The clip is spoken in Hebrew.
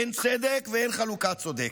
אין צדק ואין חלוקה צודקת.